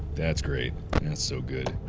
that's great that's so good.